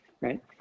right